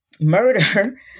murder